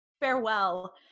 farewell